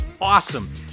awesome